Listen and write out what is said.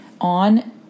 on